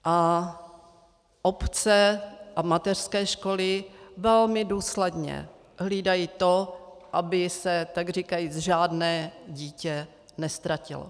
A obce mateřské školy velmi důsledně hlídají to, aby se takříkajíc žádné dítě neztratilo.